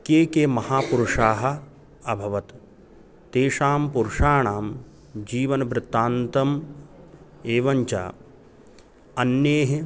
के के महापुरुषाः अभवत् तेषां पुरुषाणां जीवनवृत्तान्तम् एवञ्च अन्ये